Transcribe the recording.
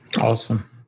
Awesome